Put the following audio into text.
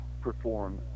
perform